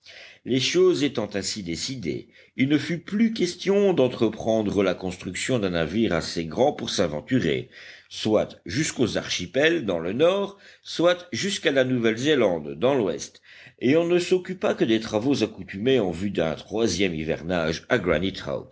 les choses étant ainsi décidées il ne fut plus question d'entreprendre la construction d'un navire assez grand pour s'aventurer soit jusqu'aux archipels dans le nord soit jusqu'à la nouvelle zélande dans l'ouest et on ne s'occupa que des travaux accoutumés en vue d'un troisième hivernage à